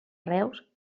reus